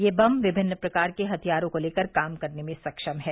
यह बम विभिन्न प्रकार के हथियारों को लेकर काम करने में सक्षम है